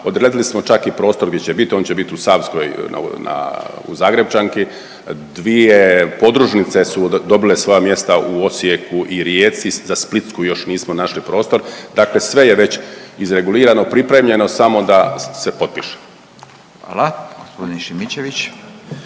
Odredili smo čak i prostor gdje će biti, on će bit u Savskoj u Zagrepčanki. Dvije podružnice su dobile svoja mjesta u Osijeku i Rijeci. Za Splitsku još nismo našli prostor. Dakle, sve je već izregulirano, pripremljeno samo da se potpiše. **Radin, Furio